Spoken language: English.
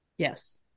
Yes